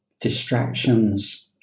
distractions